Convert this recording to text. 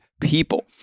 people